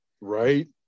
Right